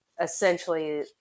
essentially